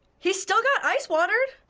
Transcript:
he still got ice water